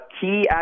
key